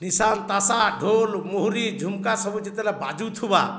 ନିଶାନ ତାଷା ଢ଼ୋଲ ମୁହୁରି ଝୁମକା ସବୁ ଯେତେବେଲେ ବାଜୁଥିବା